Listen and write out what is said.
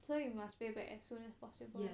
so you must pay back as soon as possible